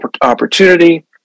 opportunity